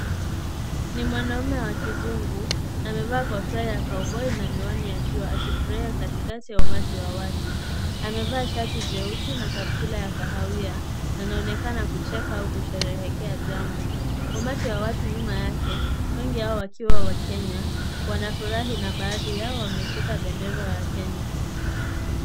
Ni mwanaume wa kizungu, amevaa kofia ya Cowboy na miwani ya jua akifurahia katikati ya umati wa watu. Amevaa shati jeusi na kaptula ya kahawia, anaonekana kucheka au kusherehekea jambo. Umati wa watu nyuma yake , wengi wao wakiwa wakenya, wanafurahi na baadhi yao wameshika bendera ya Kenya.